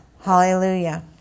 Hallelujah